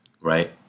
right